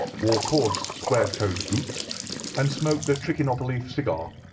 wore coarse, square-toed boots and smoked a trichinopoly cigar.